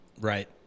Right